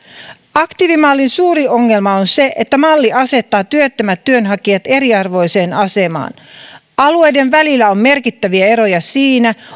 aktiivimallin suuri ongelma on se että malli asettaa työttömät työnhakijat eriarvoiseen asemaan alueiden välillä on merkittäviä eroja siinä